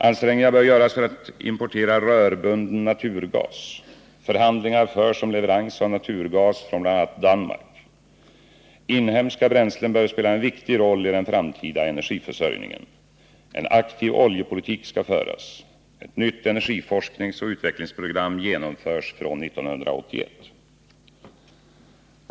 Ansträngningar bör göras för att importera rörbunden naturgas. Förhandlingar förs om leverans av naturgas från bl.a. Danmark. Inhemska bränslen bör spela en viktig roll i den framtida energiförsörjningen. En aktiv oljepolitik skall föras. Ett nytt energiforskningsoch utvecklingsprogram genomförs från 1981.